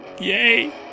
Yay